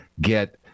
get